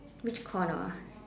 which corner